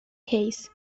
case